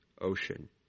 ocean